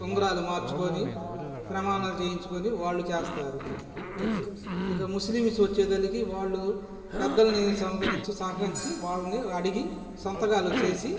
ఉంగరాలు మార్చుకొని ప్రమాణాలు చేయించుకొని వాళ్ళు చేస్తారు ఇక ముస్లింమ్స్ వచ్చేసరికి వాళ్ళు పెద్దలని సంహరించి సహకరించి వాళ్ళని అడిగి సంతకాలు చేసి